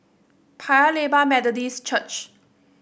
Paya Lebar Methodist Church